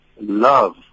Love